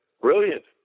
Brilliant